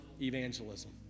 evangelism